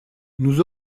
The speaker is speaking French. nous